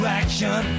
action